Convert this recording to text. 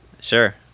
Sure